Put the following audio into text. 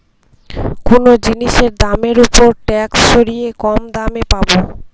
কোনো জিনিসের দামের ওপর ট্যাক্স সরিয়ে কম দামে পাবো